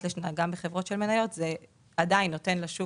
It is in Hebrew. לשנה בחברות של מניות עדיין נותן לשוק